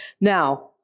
Now